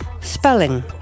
spelling